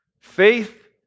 faith